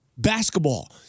Basketball